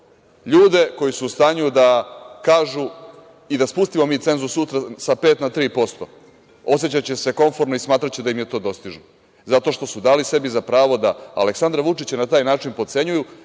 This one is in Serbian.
ljude koji su u stanju da kažu, i da spustimo mi sutra cenzus sa pet na tri posto, osećaće se komforno i smatraće da im je to dostižno. Zato što su dali sebi za pravo da Aleksandra Vučića i na taj način potcenjuju